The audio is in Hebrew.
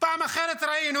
בפעם אחרת ראינו